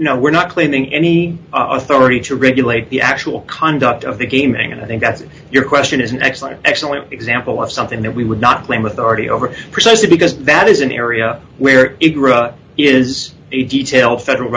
no we're not claiming any authority to regulate the actual conduct of the gaming and i think that's your question is an excellent excellent example of something that we would not claim authority over precisely because that is an area where it is a detail federal